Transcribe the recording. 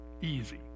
easy